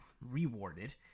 rewarded